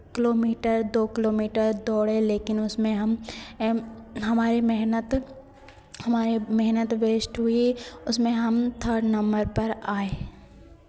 kilometre दो kilometre दौड़े लेकिन उसमें हम हमारी मेहनत हमारी मेहनत वेस्ट हुई उसमें हम थर्ड नंबर पर आए